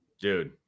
dude